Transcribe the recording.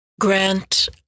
Grant